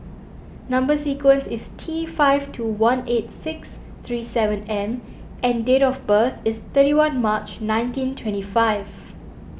Number Sequence is T five two one eight six three seven M and date of birth is thirty one March nineteen twenty five